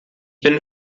bin